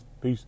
Peace